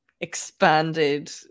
expanded